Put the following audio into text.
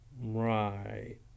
right